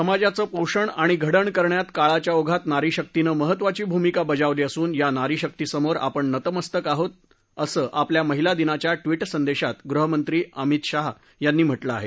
समाजांचं पोषण आणि घडण करण्यात काळाच्या ओघात नारीशक्तीनं महत्त्वाची भूमिका बजावली असून या नारीशक्तीसमोर आपण नतमस्तक आहोत असं ट्विट संदेशात गृहमंत्री अमित शाह यांनी म्हटलं आहे